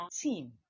team